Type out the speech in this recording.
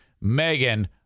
Megan